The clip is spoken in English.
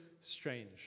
strange